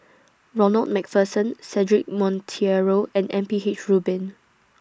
Ronald MacPherson Cedric Monteiro and M P H Rubin